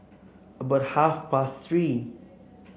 about half past Three